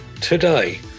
today